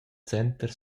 center